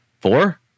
four